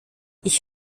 ich